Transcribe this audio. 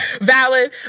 Valid